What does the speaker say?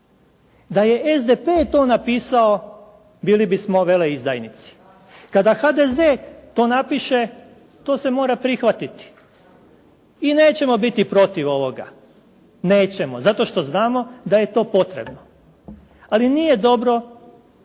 Da je SDP to napisao bili bismo veleizdajnici. Kada HDZ to napiše to se mora prihvatiti. I nećemo biti protiv ovoga, nećemo. Zato što znamo da je to potrebno, ali nije dobro